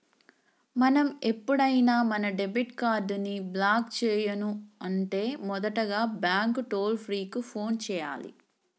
మనం ఎప్పుడైనా మన డెబిట్ కార్డ్ ని బ్లాక్ చేయను అంటే మొదటగా బ్యాంకు టోల్ ఫ్రీ కు ఫోన్ చేయాలి